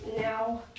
now